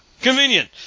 Convenient